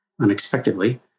unexpectedly